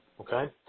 okay